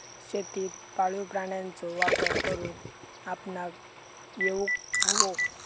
शेतीत पाळीव प्राण्यांचो वापर करुक आपणाक येउक हवो